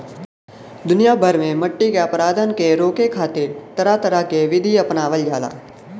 दुनिया भर में मट्टी के अपरदन के रोके खातिर तरह तरह के विधि अपनावल जाला